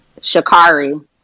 Shakari